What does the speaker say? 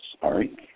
Sorry